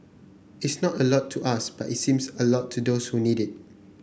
it's not a lot to us but it seems a lot to those who need it